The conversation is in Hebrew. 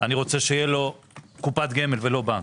אני רוצה שיהיה לו קופת גמל ולא בנק.